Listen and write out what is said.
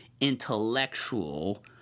intellectual